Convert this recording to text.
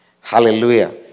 Hallelujah